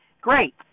great